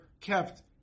kept